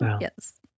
yes